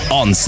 on